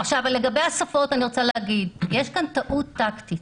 לגבי השפות אני רוצה להגיד: יש כאן טעות טקטית.